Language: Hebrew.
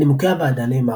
בנימוקי הוועדה נאמר,